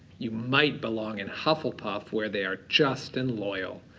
you might belong in hufflepuff where they are just and loyal.